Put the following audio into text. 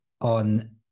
on